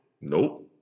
Nope